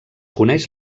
coneix